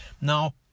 Now